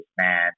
man